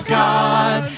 god